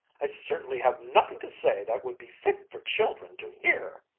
i certainly have nothing to say that would be fit for children to hear!